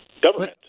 government